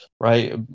right